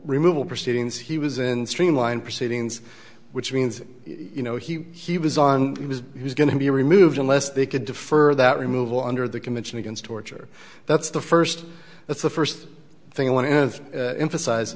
removal proceedings he was in streamlined proceedings which means you know he he was on he was he was going to be removed unless they could defer that removal under the convention against torture that's the first that's the first thing i want to emphasize